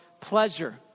pleasure